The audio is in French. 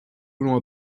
voulons